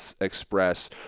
express